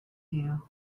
you